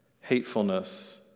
hatefulness